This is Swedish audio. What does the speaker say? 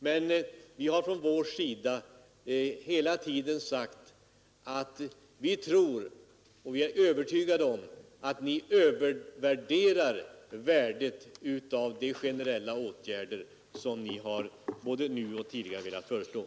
Men vi har hela tiden sagt att vi är övertygade om att ni överskattar värdet av de generella åtgärder som ni har velat få till stånd både nu och tidigare.